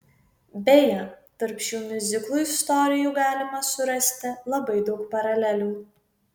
beje tarp šių miuziklų istorijų galima surasti labai daug paralelių